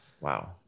Wow